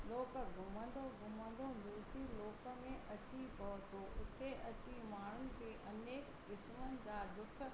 लोक घुमंदो घुमंदो मृत्यु लोक में अची पहुतो उते अची माण्हुनि खे अनेक क़िस्मनि जा दुख